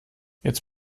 jetzt